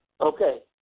Okay